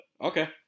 Okay